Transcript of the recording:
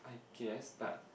guess but